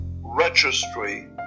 Registry